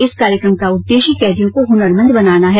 इस कार्यकम का उद्देश्य कैदियों को हुनरमंद बनाना है